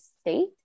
state